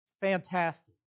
fantastic